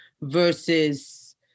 versus